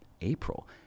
April